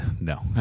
No